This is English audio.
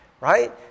right